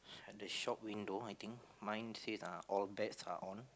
at the shop window I think mine says uh all bets are on